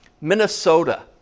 Minnesota